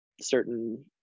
certain